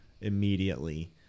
immediately